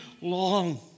long